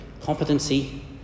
competency